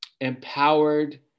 empowered